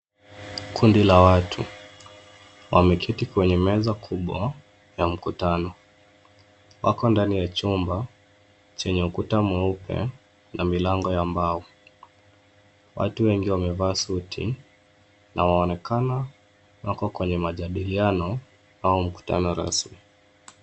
Kundi la watu wameketi kwenye meza kubwa, ya mkutano. Wako ndani ya chumba chenye ukuta mweupe na milango ya mbao. Watu wengi wamevaa suti na wanaonekana wako kwenye majadiliano au mkutano rasmi.